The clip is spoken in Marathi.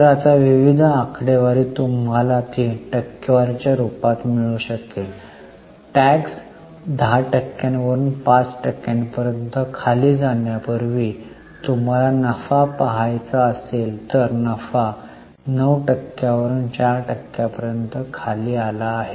तर आता विविध आकडेवारी तुम्हाला ती टक्केवारी च्या रूपात मिळू शकेल टॅक्स १० टक्क्यांवरून 5 टक्क्यांपर्यंत खाली जाण्यापूर्वी तुम्हाला नफा पहायचा असेल तर नफा 9 टक्क्यांवरून 4 टक्क्यांपर्यंत खाली आला आहे